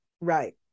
Right